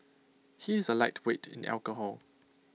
he is A lightweight in alcohol